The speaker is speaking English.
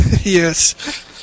Yes